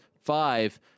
five